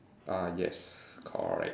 uh yes correct